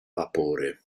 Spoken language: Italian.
vapore